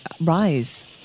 rise